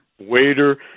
Waiter